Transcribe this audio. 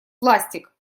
пластик